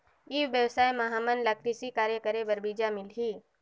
ई व्यवसाय म हामन ला कृषि कार्य करे बर बीजा मिलही?